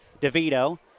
DeVito